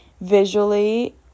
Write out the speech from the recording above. visually